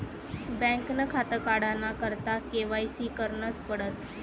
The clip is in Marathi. बँकनं खातं काढाना करता के.वाय.सी करनच पडस